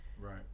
right